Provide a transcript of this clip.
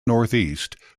northeast